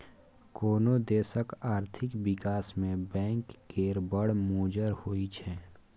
कोनो देशक आर्थिक बिकास मे बैंक केर बड़ मोजर होइ छै